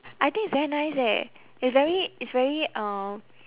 I think it's very nice eh it's very it's very uh